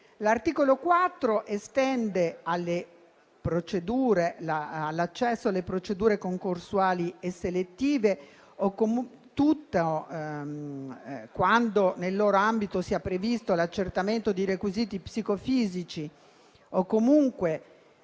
L'articolo 4 estende, all'accesso alle procedure concorsuali e selettive, quando nel loro ambito sia previsto l'accertamento di requisiti psicofisici o comunque